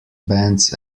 bands